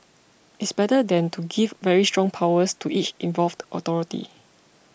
it's better than to give very strong powers to each involved authority